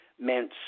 meant